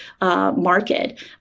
market